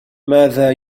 ماذا